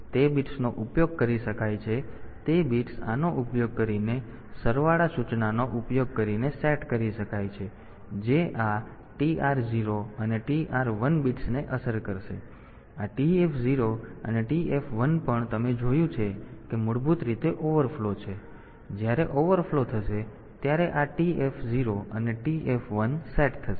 તેથી તે બિટ્સનો ઉપયોગ કરી શકાય છે તે બીટ્સ આનો ઉપયોગ કરીને સરવાળા સૂચનાનો ઉપયોગ કરીને સેટ કરી શકાય છે જે આ TR 0 અને TR 1 બિટ્સને અસર કરશે અને આ TF 0 અને TF 1 પણ તમે જોયું છે કે મૂળભૂત રીતે ઓવરફ્લો છે અને જ્યારે ઓવરફ્લો થશે ત્યારે આ TF 0 અને TF 1 સેટ થશે